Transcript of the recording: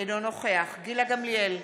אינו נוכח גילה גמליאל,